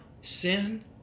sin